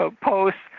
posts